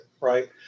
right